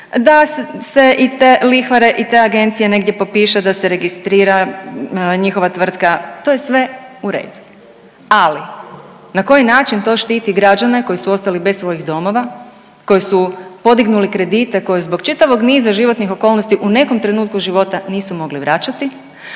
Da se i te lihvare i te agencije negdje popiše da se registrira njihova tvrtka to je sve u redu. Ali na koji način to štiti građane koji su ostali bez svojih domova, koji su podignuli kredite koji zbog čitavog niza životnih okolnosti u nekom trenutku života nisu mogli vraćati,